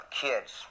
kids